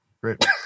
Great